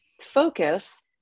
focus